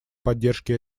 поддержки